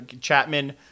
Chapman